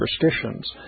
superstitions